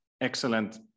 Excellent